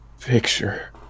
picture